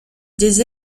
des